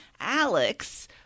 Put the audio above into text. Alex